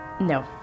No